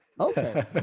okay